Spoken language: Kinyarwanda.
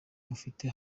mufite